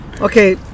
Okay